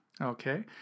okay